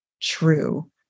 true